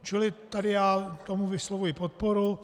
Čili tady já tomu vyslovuji podporu.